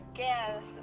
guess